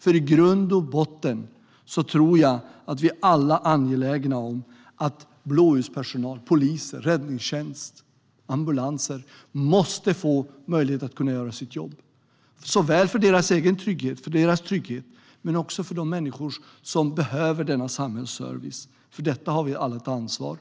Jag tror att vi alla i grund och botten är angelägna om att blåljuspersonal - polis, räddningstjänst och ambulans - måste få möjlighet att göra sitt jobb, såväl för deras egen trygghet som för de människor som behöver denna samhällsservice. För detta har vi alla ett ansvar.